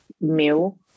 meal